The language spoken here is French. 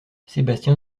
sébastien